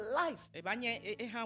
life